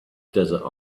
desert